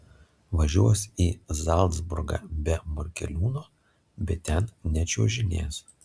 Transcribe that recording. važiuos į zalcburgą be morkeliūno bet ten nečiuožinės